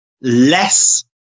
Less